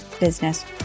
business